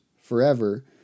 forever